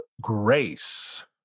grace